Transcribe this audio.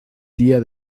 tía